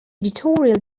editorial